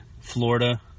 Florida